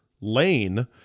lane